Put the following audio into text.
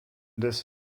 this